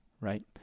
right